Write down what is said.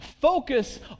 Focus